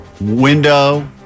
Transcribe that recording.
Window